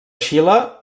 xile